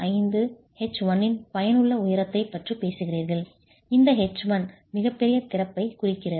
25 H1 இன் பயனுள்ள உயரத்தைப் பற்றி பேசுகிறீர்கள் இந்த H1 மிகப்பெரிய திறப்பைக் குறிக்கிறது